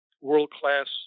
world-class